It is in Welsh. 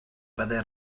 byddai